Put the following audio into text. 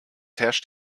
herrscht